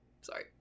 Sorry